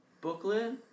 booklet